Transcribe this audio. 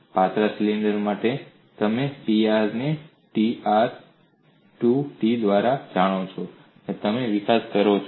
પાતળા સિલિન્ડર માટે તમે p r ને t p r 2 t દ્વારા જાણો છો તમે વિકાસ કરી શકો છો